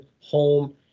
Home